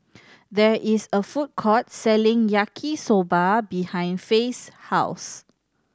there is a food court selling Yaki Soba behind Faye's house